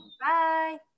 Bye